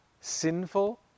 sinful